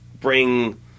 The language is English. bring